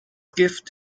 gift